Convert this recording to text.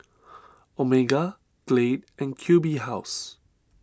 Omega Glade and Q B House